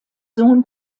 sohn